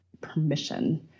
permission